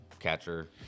catcher